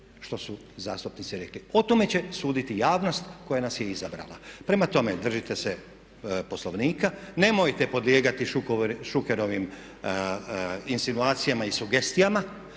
što su zastupnici rekli. O tome će suditi javnost koja nas je izabrala. Prema tome držite se Poslovnika, nemojte podlijegati Šukerovim insinuacijama i sugestijama